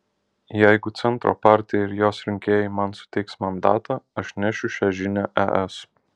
jeigu centro partija ir jos rinkėjai man suteiks mandatą aš nešiu šią žinią es